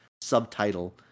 subtitle